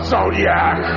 Zodiac